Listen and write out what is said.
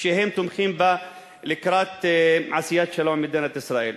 שהם תומכים בה לקראת עשיית שלום עם מדינת ישראל.